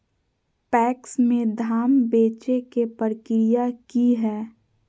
PACS में धाम बेचे के प्रक्रिया की हय?